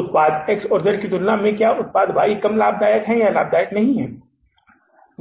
उत्पाद X और Z की तुलना में उत्पाद Y कम लाभदायक है या नहीं